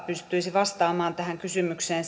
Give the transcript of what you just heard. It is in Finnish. pystyisin vastaamaan tähän kysymykseen